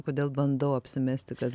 kodėl bandau apsimesti kad